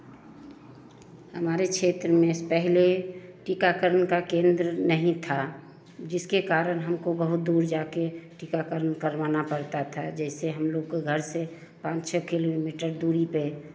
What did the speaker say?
हमारे क्षेत्र में पहले टीकाकरण का केंद्र नहीं था जिसके कारण हमको बहुत दूर जा के टीकाकरण करवाना पड़ता था जैसे हमलोग के घर से पाँच छः किलोमीटर दूरी पे